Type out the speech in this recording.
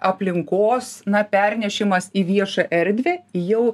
aplinkos na pernešimas į viešą erdvę jau